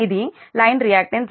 ఇది line reactance 0